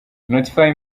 notify